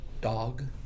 dog